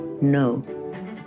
No